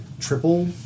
triple